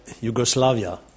Yugoslavia